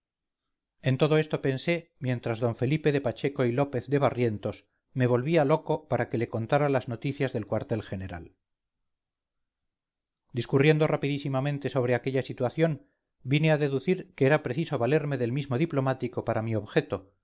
en todo esto pensé mientras d felipe de pacheco y lópez de barrientos me volvía loco para que le contara las noticias del cuartel general discurriendo rapidísimamente sobre aquella situación vine a deducir que era preciso valerme del mismo diplomático para mi objeto